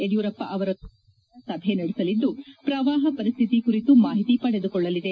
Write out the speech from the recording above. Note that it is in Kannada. ಯಡಿಯೂರಪ್ಪ ಅವರೊಂದಿಗೆ ಕೇಂದ್ರ ತಂಡ ಸಭೆ ನಡೆಸಲಿದ್ದು ಪ್ರವಾಹ ಪರಿಸ್ಥಿತಿ ಕುರಿತು ಮಾಹಿತಿ ಪಡೆದುಕೊಳ್ಳಲಿದೆ